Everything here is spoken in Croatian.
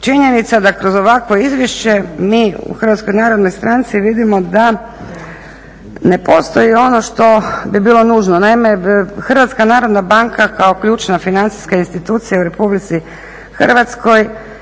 činjenica da kroz ovakvo izvješće mi u HNS-u vidimo da ne postoji ono što bi bilo nužno. Naime, HNB kao ključna financijska institucija u Republici Hrvatskoj